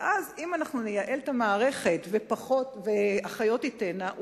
ואם נייעל את המערכת והאחיות תיתנה טיפול,